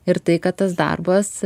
ir tai kad tas darbas